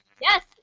Yes